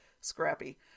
scrappy